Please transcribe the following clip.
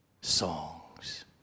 songs